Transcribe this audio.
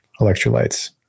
electrolytes